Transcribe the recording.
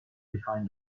behind